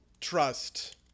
trust